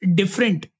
different